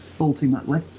ultimately